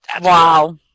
Wow